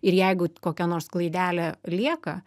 ir jeigu kokia nors klaidelė lieka